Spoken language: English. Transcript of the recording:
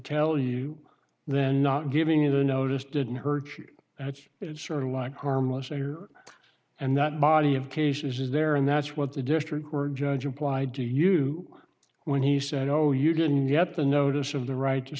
tell you then not giving you the notice didn't hurt that's it's sort of like harmless error and that body of cases is there and that's what the district court judge implied to you when he said oh you didn't get the notice of the right to